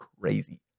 crazy